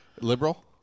liberal